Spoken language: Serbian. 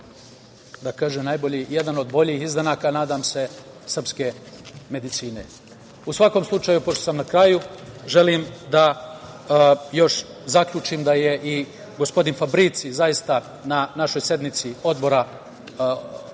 najbolji, jedan od boljih izdanaka, nadam se, srpske medicine.U svakom slučaju, pošto sam na kraju, želim da još zaključim da je i gospodin Fabrici zaista na našoj sednici odbora